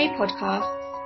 podcasts